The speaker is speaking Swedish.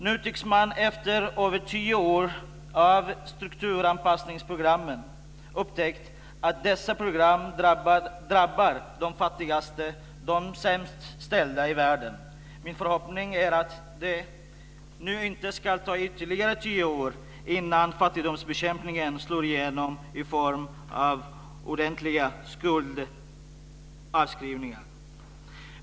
Nu tycks man efter över tio år av strukturanpassningsprogram ha upptäckt att dessa program drabbar de fattigaste, de sämst ställda i världen. Min förhoppning är att det nu inte ska ta ytterligare tio år innan fattigdomsbekämpningen slår igenom i form av ordentliga skuldavskrivningar.